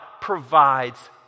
provides